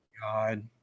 God